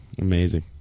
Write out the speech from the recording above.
Amazing